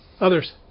Others